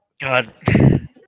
God